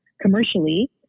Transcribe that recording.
commercially